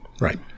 Right